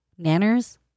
nanners